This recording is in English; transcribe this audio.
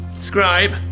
Scribe